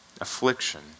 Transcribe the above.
affliction